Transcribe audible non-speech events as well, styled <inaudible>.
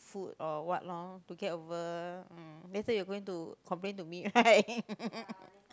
food or what lor to get over um let's say you going to complain to me right <laughs>